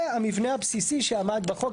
זה המבנה הבסיסי שעמד בחוק.